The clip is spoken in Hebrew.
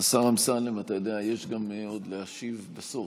השר אמסלם, אתה יודע, יש גם עוד תשובה בסוף.